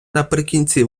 наприкінці